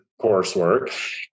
coursework